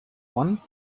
won